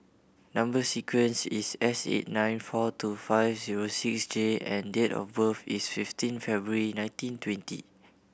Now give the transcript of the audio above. number sequence is S eight nine four two five zero six J and date of birth is fifteen February nineteen twenty